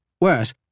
Worse